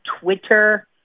Twitter